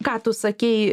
ką tu sakei